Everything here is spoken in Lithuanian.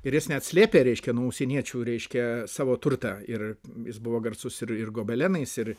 ir jis net slėpė reiškia nuo užsieniečių reiškia savo turtą ir jis buvo garsus ir ir gobelenais ir